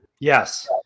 Yes